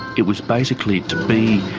it was basically to be